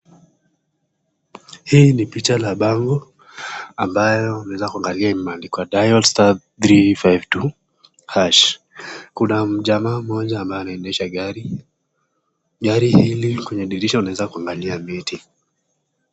Hii ni picha la bango ambayo unaweza kuangalia imeandikwa dial star three five two hash . Kuna mjamaa mmoja ambaye anaendesha gari . Gari hili kwenye dirisha unaweza kuangalia miti.